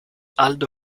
aldo